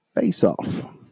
Face-Off